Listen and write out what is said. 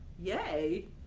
Yay